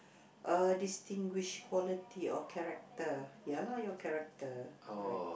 uh distinguish quality or character ya lah your character correct